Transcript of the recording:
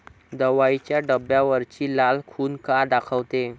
दवाईच्या डब्यावरची लाल खून का दाखवते?